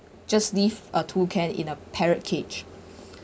just leave uh toucan in a parrot cage